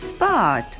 Spot